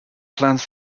plans